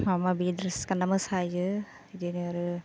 माबा माबि द्रेस गान्ना मोसायो बिदिनो आरो